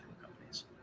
Companies